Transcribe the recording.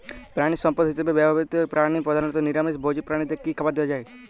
প্রাণিসম্পদ হিসেবে ব্যবহৃত প্রাণী প্রধানত নিরামিষ ভোজী প্রাণীদের কী খাবার দেয়া হয়?